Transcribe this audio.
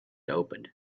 opened